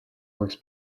works